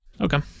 okay